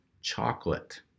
chocolate